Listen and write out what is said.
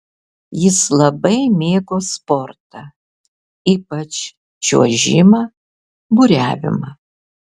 jis labai mėgo sportą ypač čiuožimą buriavimą